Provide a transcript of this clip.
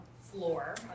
floor